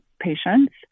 patients